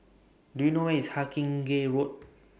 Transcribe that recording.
Do YOU know Where IS Hawkinge Road